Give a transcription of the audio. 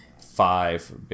five